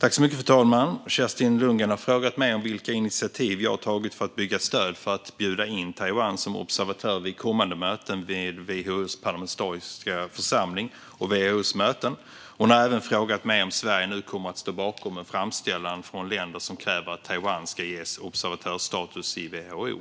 Fru talman! Kerstin Lundgren har frågat mig om vilka initiativ jag har tagit för att bygga stöd för att bjuda in Taiwan som observatör vid kommande möte med WHO:s parlamentariska församling och WHO:s möten. Hon har även frågat mig om Sverige nu kommer att stå bakom en framställan från länder som kräver att Taiwan ska ges observatörsstatus i WHO.